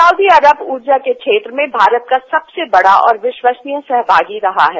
Saudi Arab ऊर्जा के क्षेत्र में भारत का सबसे बड़ा और विश्वसनीय सहभागी रहा है